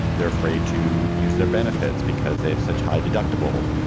they're afraid to use their benefits because they have such high deductibles.